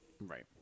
Right